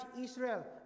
Israel